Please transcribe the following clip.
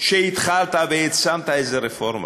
שהתחלת והעצמת איזו רפורמה,